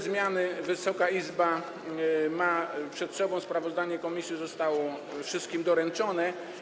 Zmiany te Wysoka Izba ma przed sobą, sprawozdanie komisji zostało wszystkim doręczone.